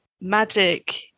magic